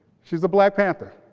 she's a black panther.